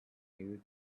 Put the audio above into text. you